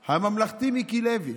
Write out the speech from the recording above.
הממלכתי, מיקי לוי,